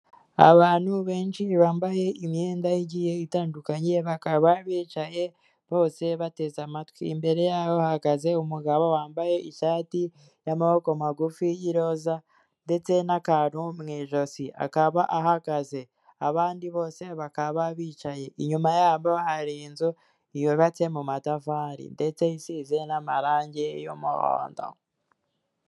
Abantu benshi bambaye imyenda igiye itandukanye bakaba bicaye bose bateze amatwi. Imbere yabo hahagaze umugabo wambaye ishati y'amaboko magufi y'iroza ndetse n'akantu mu ijosi, akaba ahagaze, abandi bose bakaba bicaye, inyuma yabo hari inzu yubatse mu matafari ndetse isize n'amarange y'umuhodo.